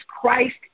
Christ